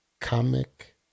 Comic